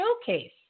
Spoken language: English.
showcase